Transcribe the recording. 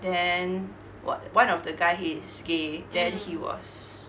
then one of the guy he's gay then he was